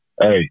Hey